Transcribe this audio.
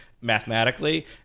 mathematically